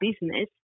business